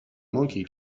monkey